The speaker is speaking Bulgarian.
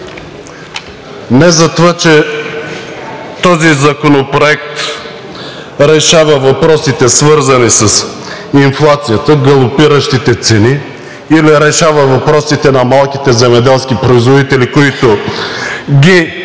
не затова, че този законопроект решава въпросите, свързани с инфлацията, галопиращите цени, или решава въпросите на малките земеделски производители, които ги закриваме